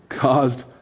caused